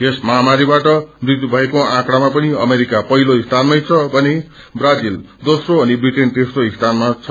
यस महायारीबाट मृत्यु भएको औंकड़ामा पनि अमेरिका पहिलो स्थानमै छ भने ब्राजील दोस्रो अनि ब्रिटेन तेस्रो स्थानमा छन्